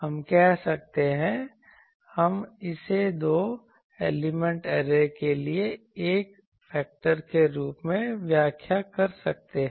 हम कह सकते हैं हम इसे दो एलिमेंट ऐरे के लिए ऐरे फेक्टर के रूप में व्याख्या कर सकते हैं